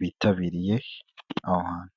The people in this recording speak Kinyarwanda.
bitabiriye Aho hantu.